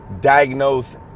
diagnose